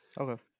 Okay